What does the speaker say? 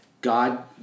God